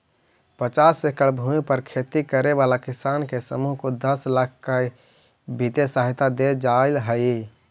पचास एकड़ भूमि पर खेती करे वाला किसानों के समूह को दस लाख की वित्तीय सहायता दे जाईल हई